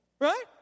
Right